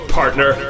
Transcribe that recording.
partner